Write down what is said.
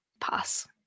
Pass